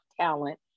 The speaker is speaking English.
talent